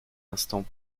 instant